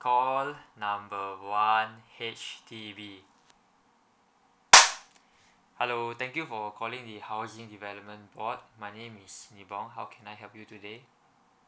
call number one H_D_B hello thank you for calling the housing development board my name is nibong how can I help you today